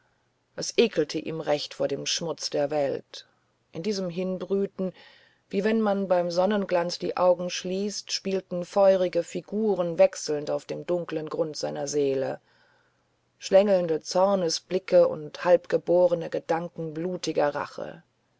es ekelte ihm recht vor dem schmutz der welt in diesem hinbrüten wie wenn man beim sonnenglanz die augen schließt spielten feurige figuren wechselnd auf dem dunklen grund seiner seele schlängelnde zornesblicke und halbgeborne gedanken blutiger rache